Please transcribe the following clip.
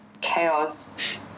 chaos